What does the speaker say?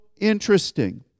interesting